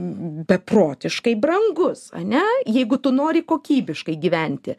beprotiškai brangus ane jeigu tu nori kokybiškai gyventi